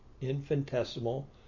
infinitesimal